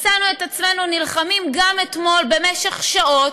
מצאנו את עצמנו נלחמים, גם אתמול, במשך שעות,